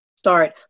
start